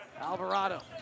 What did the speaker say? Alvarado